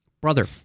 Brother